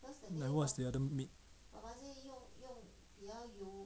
what was the other meat